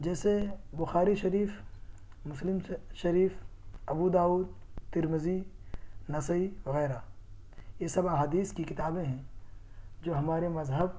جیسے بخاری شریف مسلم شریف ابو داؤد ترمذی نسائی وغیرہ یہ سب احادیث کی کتابیں ہیں جو ہمارے مذہب